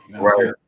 Right